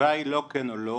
התשובה היא לא כן או לא,